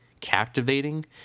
captivating